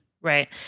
Right